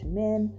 men